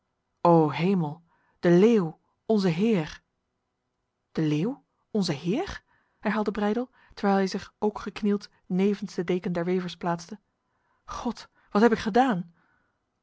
o hemel de leeuw onze heer de leeuw onze heer herhaalde breydel terwijl hij zich ook geknield nevens de deken der wevers plaatste god wat heb ik gedaan